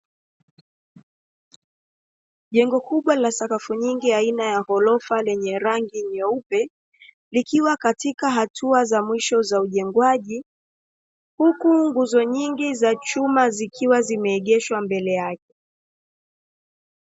Jengo kubwa la sakafu nyingi aina ya ghorofa lenye rangi nyeupe, likiwa katika hatua za mwisho za ujengwaji, huku nguzo nyingi za chuma zikiwa zimeegeshwa mbele yake.